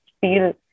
feel